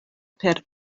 per